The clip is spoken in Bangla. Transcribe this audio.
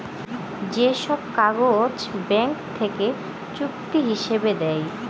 যে সব কাগজ ব্যাঙ্ক থেকে চুক্তি হিসাবে দেয়